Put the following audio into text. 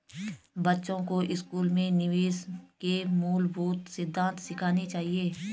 बच्चों को स्कूल में निवेश के मूलभूत सिद्धांत सिखाने चाहिए